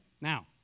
Now